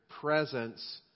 presence